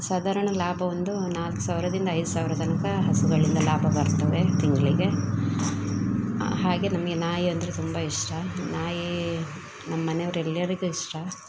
ಸಾಧಾರಣ ಲಾಭ ಒಂದು ನಾಲ್ಕು ಸಾವಿರದಿಂದ ಐದು ಸಾವಿರ ತನಕ ಹಸುಗಳಿಂದ ಲಾಭ ಬರ್ತವೆ ತಿಂಗಳಿಗೆ ಹಾಗೇ ನಮಗೆ ನಾಯಿ ಅಂದರೆ ತುಂಬ ಇಷ್ಟ ನಾಯಿ ನಮ್ಮ ಮನೆಯವ್ರು ಎಲ್ಲರಿಗೂ ಇಷ್ಟ